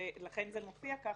ולכן זה מופיע כך.